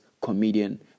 comedian